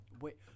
Wait